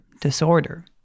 disorder